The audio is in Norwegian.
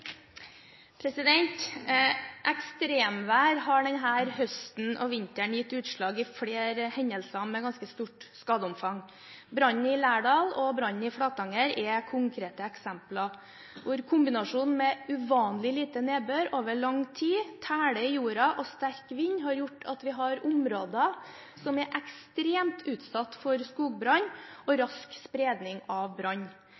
Ekstremvær har denne høsten og vinteren gitt seg utslag i flere hendelser med ganske stort skadeomfang. Brannene i Lærdal og Flatanger er konkrete eksempler, hvor kombinasjonen med uvanlig lite nedbør over lang tid, tele i jorden og sterk vind har gjort at vi har områder som er ekstremt utsatt for skogbrann og rask spredning av brann.